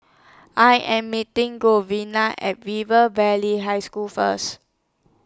I Am meeting Giovanna At River Valley High School First